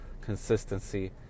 consistency